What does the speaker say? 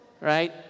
Right